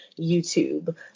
YouTube